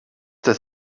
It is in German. das